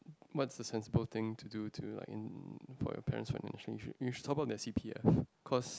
what's the sensible thing to do to like in~ for your parents when they you should top up their c_p_f cause